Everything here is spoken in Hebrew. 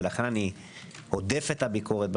לכן אני הודף את הביקורת.